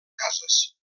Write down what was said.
cases